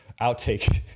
outtake